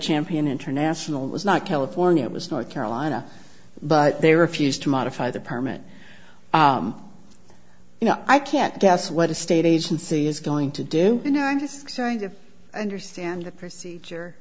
champion international was not california it was north carolina but they refused to modify the permit you know i can't guess what a state agency is going to do you know i'm just trying to understand the procedure